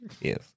Yes